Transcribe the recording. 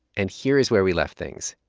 and here is where we left things.